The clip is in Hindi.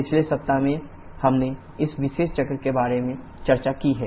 पिछले सप्ताह में हमने इस विशेष चक्र के बारे में चर्चा की है